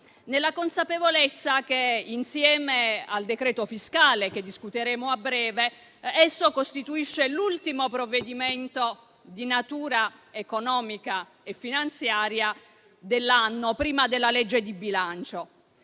nella consapevolezza che, insieme al decreto fiscale, che discuteremo a breve, esso costituisce l’ultimo provvedimento di natura economica e finanziaria dell’anno, prima della legge di bilancio.